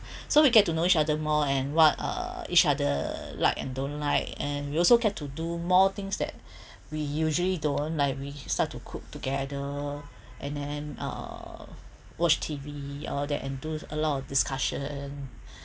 so we get to know each other more and what uh each other like and don't like and we also get to do more things that we usually don't like we start to cook together and then uh watch T_V all that and do a lot of discussion